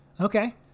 Okay